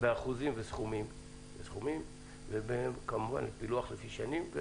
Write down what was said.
כולל אחוזים, סכומים ופילוח לפי שנים.